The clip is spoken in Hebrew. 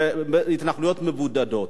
בגושי התנחלויות, ולא לבנות בהתנחלויות מבודדות.